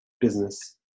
business